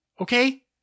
Okay